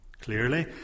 Clearly